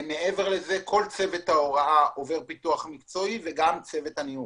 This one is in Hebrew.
מעבר לזה כל צוות ההוראה עובר פיתוח מקצועי וגם צוות הניהול.